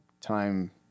time